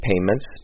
payments